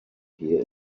here